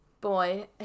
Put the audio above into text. boy